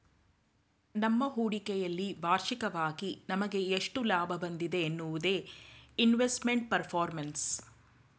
ನಮ್ಮ ಹೂಡಿಕೆಯಲ್ಲಿ ವಾರ್ಷಿಕವಾಗಿ ನಮಗೆ ಎಷ್ಟು ಲಾಭ ಬಂದಿದೆ ಎನ್ನುವುದೇ ಇನ್ವೆಸ್ಟ್ಮೆಂಟ್ ಪರ್ಫಾರ್ಮೆನ್ಸ್